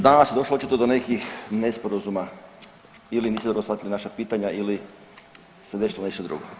Danas je došlo očito do nekih nesporazuma ili niste dobro shvatili naša pitanja ili se desilo nešto drugo.